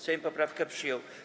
Sejm poprawkę przyjął.